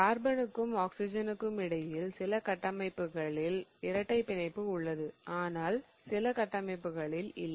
கார்பனுக்கும் ஆக்ஸிஜனுக்கும் இடையில் சில கட்டமைப்புகளில் இரட்டை பிணைப்பு உள்ளது ஆனால் சில கட்டமைப்புகளில் இல்லை